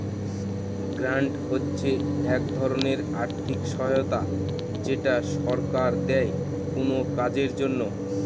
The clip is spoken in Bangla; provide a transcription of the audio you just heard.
গ্রান্ট হচ্ছে এক ধরনের আর্থিক সহায়তা যেটা সরকার দেয় কোনো কাজের জন্য